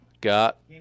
got